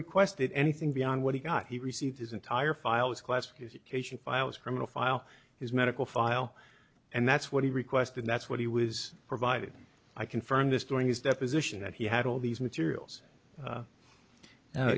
requested anything beyond what he got he received his entire file as class is it patient files criminal file his medical file and that's what he requested that's what he was provided i confirmed this during his deposition that he had all these materials a